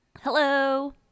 Hello